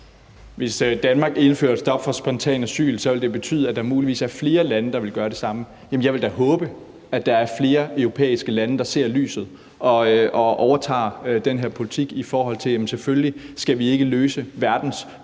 Hvis Danmark indfører et stop for spontant asyl, vil det betyde, at der muligvis er flere lande, der vil gøre det samme. Jeg vil da håbe, at der er flere europæiske lande, der ser lyset og overtager den her politik, i forhold til at vi da selvfølgelig ikke skal løse verdens